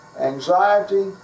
anxiety